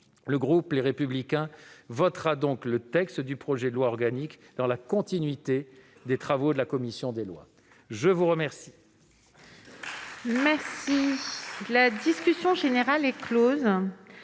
le groupe Les Républicains votera donc le texte du projet de loi organique dans sa rédaction issue des travaux de la commission des lois. La discussion